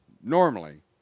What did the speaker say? normally